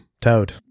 Toad